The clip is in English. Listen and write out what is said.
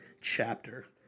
chapter